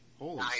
Holy